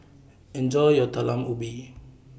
Enjoy your Talam Ubi